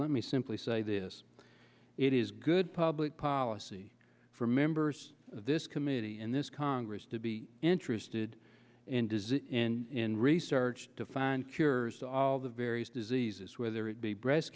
let me simply say this it is good public policy for members of this committee and this congress to be interested in disease in research to find cures all the various diseases whether it be breast